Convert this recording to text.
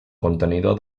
contenidor